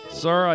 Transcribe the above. sir